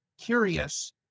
curious